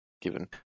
Given